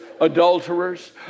adulterers